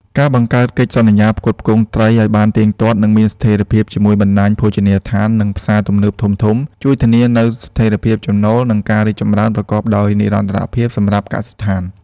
ការបង្កើតកិច្ចសន្យាផ្គត់ផ្គង់ត្រីឱ្យបានទៀងទាត់ និងមានស្ថិរភាពជាមួយបណ្ដាញភោជនីយដ្ឋាន និងផ្សារទំនើបធំៗ ជួយធានានូវស្ថិរភាពចំណូល និងការរីកចម្រើនប្រកបដោយនិរន្តរភាពសម្រាប់កសិដ្ឋាន។